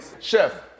Chef